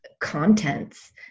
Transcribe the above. contents